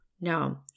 No